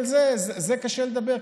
על זה קשה לדבר,